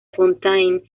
fontaine